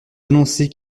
annoncer